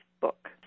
book